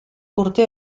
urte